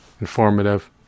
informative